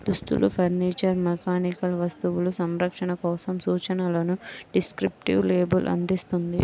దుస్తులు, furniture, mechanical వస్తువులు, సంరక్షణ కోసం సూచనలను డిస్క్రిప్టివ్ లేబుల్ అందిస్తుంది